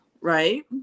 right